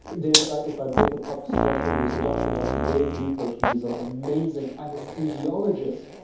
dave. ah if i'd make a pop suggestion, there's a doctor, dr. dave lippert, he's amazing anesthesiologist,